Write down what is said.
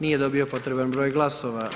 Nije dobio potreban broj glasova.